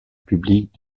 public